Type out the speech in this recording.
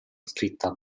scritta